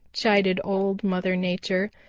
chided old mother nature.